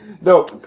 No